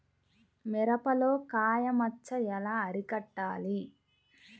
మిరపలో కాయ మచ్చ ఎలా అరికట్టాలి?